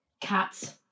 Cats